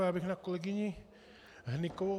Já bych na kolegyni Hnykovou.